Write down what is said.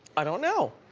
i don't know.